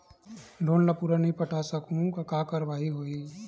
Loan ला पूरा नई पटा सकहुं का कारवाही होही?